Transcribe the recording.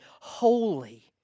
holy